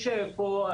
בנוגע לאירועים שקרו.